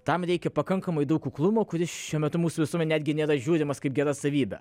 tam reikia pakankamai daug kuklumo kuris šiuo metu mūsų visuomenėje netgi nėra žiūrimas kaip gera savybė